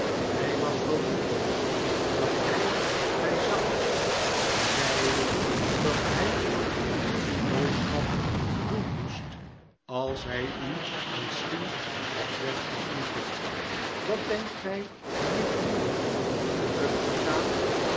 hy was verwonderd dat hij my zag en zeide dat hy u die boodschap doen moest als hy u misschien op weg ontmoette wat denkt gy nu te doen terug te gaan